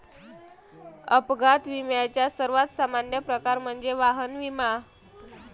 अपघात विम्याचा सर्वात सामान्य प्रकार म्हणजे वाहन विमा